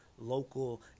local